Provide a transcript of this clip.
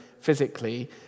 physically